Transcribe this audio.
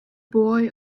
boy